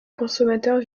consommateurs